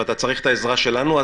אתה צריך את העזרה שלנו,